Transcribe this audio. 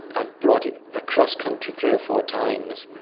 i have brought it across country three or four times,